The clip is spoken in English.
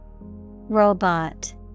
Robot